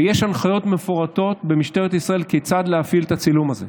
ויש הנחיות מפורטות במשטרת ישראל כיצד להפעיל את הצילום הזה,